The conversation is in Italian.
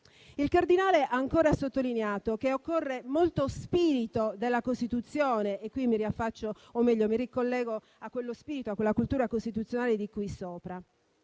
Il cardinale ancora ha sottolineato che «occorre molto spirito della Costituzione» e qui mi ricollego a quello spirito, a quella cultura costituzionale di cui sopra.